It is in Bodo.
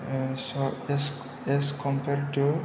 ओ स एज कम्पैर्ड टु